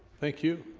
thank you